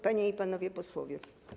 Panie i Panowie Posłowie!